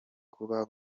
kuba